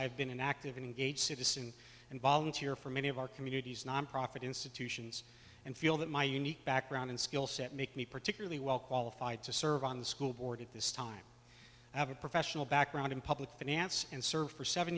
have been an active engaged citizen and volunteer for many of our communities nonprofit institutions and feel that my unique background and skill set make me particularly well qualified to serve on the school board at this time i have a professional background in public finance and served for seven